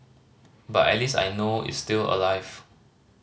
but at least I know is still alive